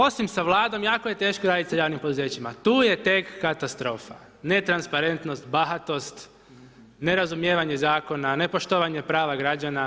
Osim sa Vladom, jako je teško raditi sa javnim poduzećima, tu je tek katastrofa, netransparentnost, bahatost, ne razumijevanje zakona ne poštovanje prava građana.